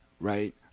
right